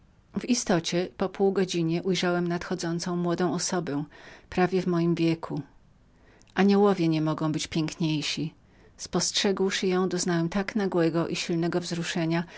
w istocie po pół godziny ujrzałem nadchodzącą młodą osobę prawie w moim wieku aniołowie nie mogą być piękniejszemi spostrzegłszy ją doznałem tak nagłego i silnego wzruszenia